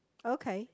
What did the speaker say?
okay